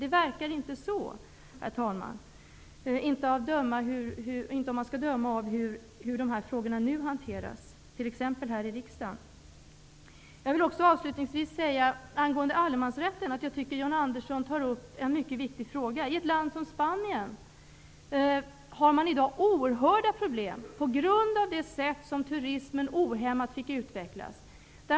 Det verkar inte så, herr talman, åtminstone inte om man skall döma efter hur dessa frågor nu hanteras, t.ex. här i kammaren. Avslutningsvis vill jag angående allemansrätten säga att jag tycker att John Andersson tar upp en mycket viktig fråga. I ett land som Spanien har man i dag oerhörda problem på grund av det sätt på vilket turismen ohämmat fick utvecklas.